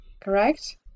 correct